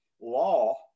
law